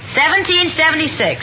1776